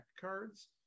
cards